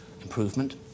improvement